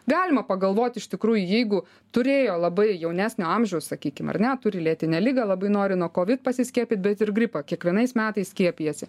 galima pagalvoti iš tikrųjų jeigu turėjo labai jaunesnio amžiaus sakykim ar ne turi lėtinę ligą labai nori nuo kovid pasiskiepyt bet ir gripą kiekvienais metais skiepijasi